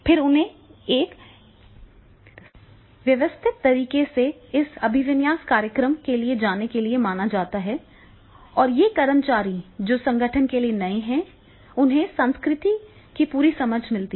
फिर उन्हें एक व्यवस्थित तरीके से इस अभिविन्यास कार्यक्रमों के लिए जाने के लिए माना जाता है और ये कर्मचारी जो संगठन के लिए नए हैं उन्हें संस्कृति की पूरी समझ मिलती है